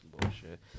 bullshit